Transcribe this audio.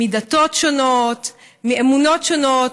מדתות שונות, מאמונות שונות.